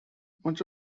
much